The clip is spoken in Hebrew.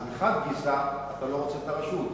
אז מחד גיסא אתה לא רוצה את הרשות,